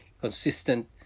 consistent